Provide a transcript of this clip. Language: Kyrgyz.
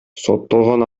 соттолгон